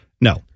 No